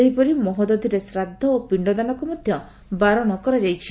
ସେହିପରି ମହୋଦଧିରେ ଶ୍ରାଦ୍ଧ ଓ ପିଣ୍ଡଦାନକୁ ମଧ୍ଧ ବାରଣ କରାଯାଇଛି